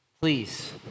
Please